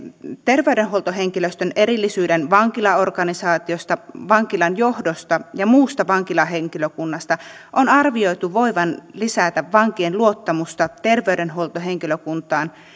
terveydenhuoltohenkilöstön erillisyyden vankilaorganisaatiosta vankilan johdosta ja muusta vankilahenkilökunnasta on arvioitu voivan lisätä vankien luottamusta terveydenhuoltohenkilökuntaan